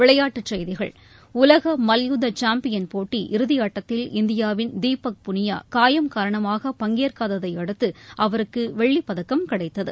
விளையாட்டுச் செய்திகள் உலக மல்யுத்த சாம்பியன் போட்டி இறுதியாட்டத்தில் இந்தியாவின் தீபக் புனியா காயம் காரணமாக பங்கேற்காததை அடுத்து அவருக்கு வெள்ளிப் பதக்கம் கிடைத்தது